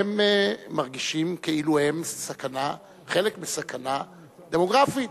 הם מרגישים כאילו הם סכנה, חלק מסכנה דמוגרפית.